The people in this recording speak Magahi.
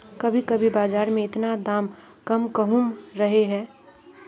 कभी कभी बाजार में इतना दाम कम कहुम रहे है?